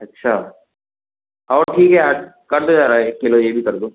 अच्छा और ठीक है यार कर दो ज़रा एक किलो ये भी कर दो